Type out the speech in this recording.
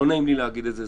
לא נעים לי להגיד את זה,